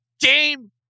Game